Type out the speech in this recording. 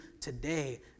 today